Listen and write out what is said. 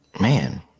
man